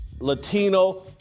Latino